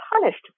punished